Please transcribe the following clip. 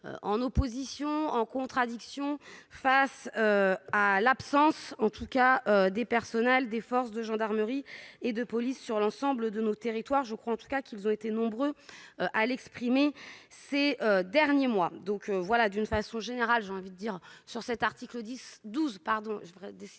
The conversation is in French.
en opposition en contradiction face à l'absence, en tout cas des personnels des forces de gendarmerie et de police sur l'ensemble de nos territoires, je crois en tout cas qu'ils ont été nombreux à l'exprimer c'est derniers mois. Donc voilà, d'une façon générale, j'ai envie dire sur cet article 10 12 pardon je voudrais décidément